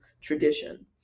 tradition